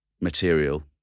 material